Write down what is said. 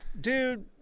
dude